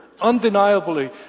undeniably